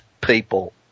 people